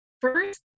First